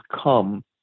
come